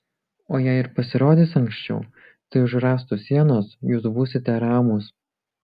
o jei ir pasirodys anksčiau tai už rąstų sienos jūs būsite ramūs